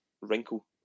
wrinkle